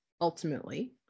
ultimately